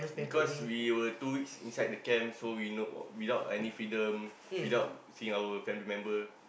because we were two weeks inside the camp so we without any freedom without seeing our family member